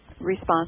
response